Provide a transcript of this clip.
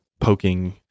poking